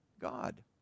God